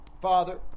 Father